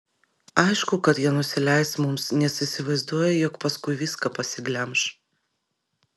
aišku kad jie nusileis mums nes įsivaizduoja jog paskui viską pasiglemš